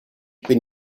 bin